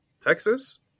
Texas